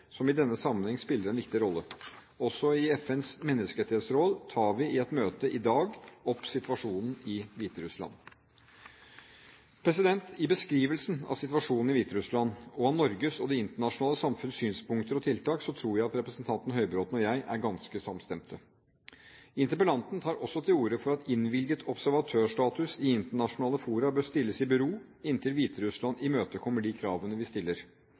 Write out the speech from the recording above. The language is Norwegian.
som i denne sammenheng spiller en viktig rolle. Også i FNs menneskerettighetsråd tar vi i et møte i dag opp situasjonen i Hviterussland. I beskrivelsen av situasjonen i Hviterussland og av Norges og det internasjonale samfunnets synspunkter og tiltak tror jeg at representanten Høybråten og jeg er ganske samstemte. Interpellanten tar også til orde for at innvilget observatørstatus i internasjonale fora bør stilles i bero inntil Hviterussland imøtekommer de kravene vi stiller.